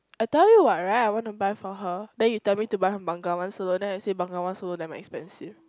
I tell you what right I want to buy for her then you tell me buy Bengawan-Solo then I say Bengawan-Solo damn expensive